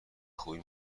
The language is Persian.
خوبی